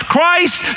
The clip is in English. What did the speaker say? Christ